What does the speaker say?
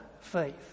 faith